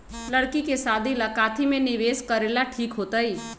लड़की के शादी ला काथी में निवेस करेला ठीक होतई?